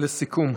לסיכום.